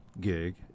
gig